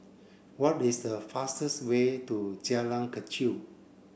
what is the fastest way to Jalan Kechil